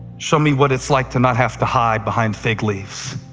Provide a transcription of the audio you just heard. show me what it's like to not have to hide behind fig leaves.